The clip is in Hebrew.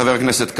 חבר הכנסת כבל,